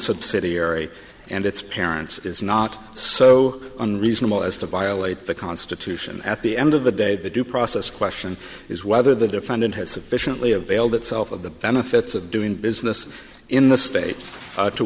subsidiary and its parent is not so unreasonable as to violate the constitution at the end of the day the due process question is whether the defendant has sufficiently availed itself of the benefits of doing business in the state